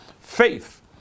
Faith